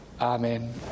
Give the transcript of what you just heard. Amen